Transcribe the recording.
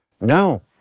no